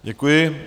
Děkuji.